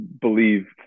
believe